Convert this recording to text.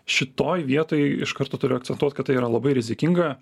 šitoj vietoj iš karto turiu akcentuot kad tai yra labai rizikinga